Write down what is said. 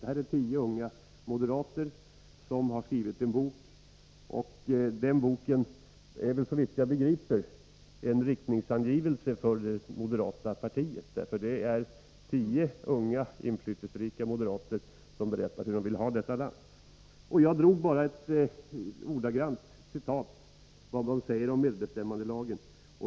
Det är en bok som har skrivits av tio unga moderater, och den boken är såvitt jag begriper en riktningsangivelse för det moderata partiet. Tio unga inflytelserika moderater berättar hur de vill ha det här landet. Jag anförde bara ett ordagrant citat — vad de säger om medbestämmandelagen.